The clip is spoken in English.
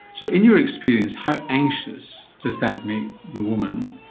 so in your experience, how anxious does that make the woman,